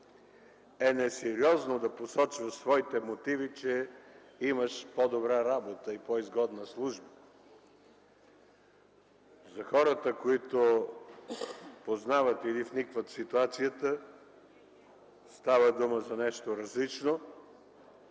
е несериозно да посочваш в своите мотиви, че имаш по-добра работа и по-изгодна служба. За хората, които познават или вникват в ситуацията, става дума за нещо различно.